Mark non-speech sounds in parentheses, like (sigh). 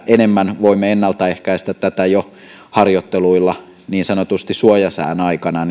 enemmän voimme ennaltaehkäistä tätä jo harjoitteluilla niin sanotusti suojasään aikana (unintelligible)